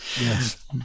Yes